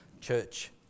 church